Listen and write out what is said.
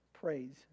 praise